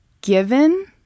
given